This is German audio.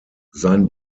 sein